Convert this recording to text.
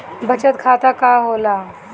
बचत खाता का होला?